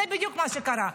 זה בדיוק מה שקרה.